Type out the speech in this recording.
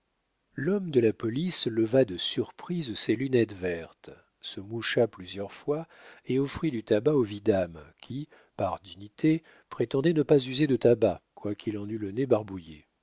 l'homme de la police leva de surprise ses lunettes vertes se moucha plusieurs fois et offrit du tabac au vidame qui par dignité prétendait ne pas user de tabac quoiqu'il en eût le nez barbouillé